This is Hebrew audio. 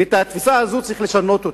ואת התפיסה הזאת צריך לשנות,